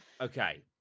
okay